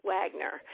Wagner